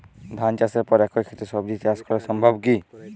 ধান চাষের পর একই ক্ষেতে সবজি চাষ করা সম্ভব কি?